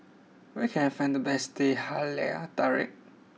where can I find the best Teh Halia Tarik